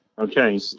Okay